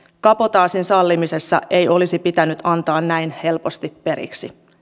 kabotaasin sallimisessa ei olisi pitänyt antaa näin helposti periksi